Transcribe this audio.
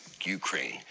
Ukraine